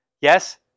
Yes